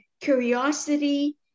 curiosity